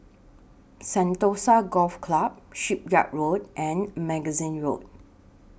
Sentosa Golf Club Shipyard Road and Magazine Road